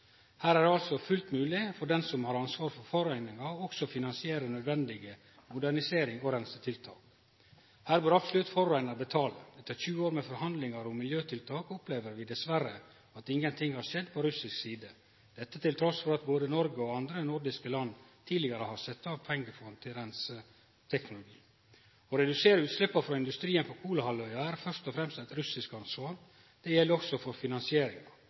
Her er det altså fullt mogleg for den som har ansvaret for forureiningane, også å finansiere nødvendig modernisering og reinsetiltak. Her bør absolutt forureinar betale. Etter 20 år med forhandlingar om miljøtiltak opplever vi dessverre at ingen ting har skjedd på russisk side, trass i at både Noreg og andre nordiske land tidlegare har sett av eit pengefond til reinseteknologi. Å redusere utsleppa frå industrien på Kolahalvøya er først og fremst eit russisk ansvar. Det gjeld også finansieringa.